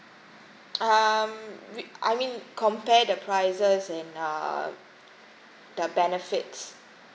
um we I mean compare the prices and uh the benefits